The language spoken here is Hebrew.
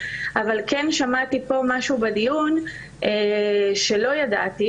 אבל כן שמעתי פה משהו בדיון שלא ידעתי.